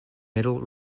middle